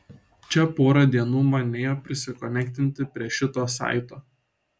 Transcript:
čia porą dienų man nėjo prisikonektinti prie šito saito